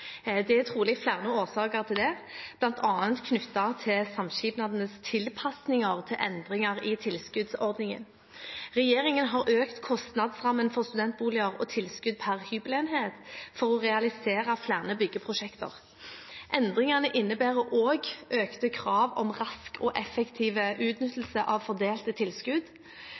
Det er trolig flere årsaker til dette, bl.a. knyttet til samskipnadenes tilpasninger til endringer i tilskuddsordningen. Regjeringen har økt kostnadsrammen for studentboliger og tilskuddet per hybelenhet for å realisere flere byggeprosjekter. Endringene innebærer også økte krav om rask og effektiv utnyttelse av fordelte tilskudd.